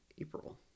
April